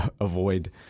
avoid